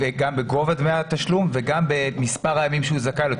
גם בגובה דמי התשלום וגם במספר הימים שהוא זכאי להם.